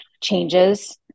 changes